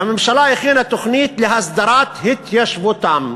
והממשלה החלה תוכנית להסדרת התיישבותם.